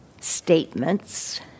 statements